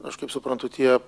aš kaip suprantu tie